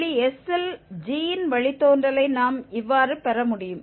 புள்ளி s யில் g இன் வழித்தோன்றலை நாம் இவ்வாறு பெற முடியும்